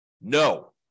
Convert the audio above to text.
no